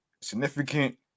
significant